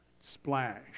splash